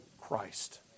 Christ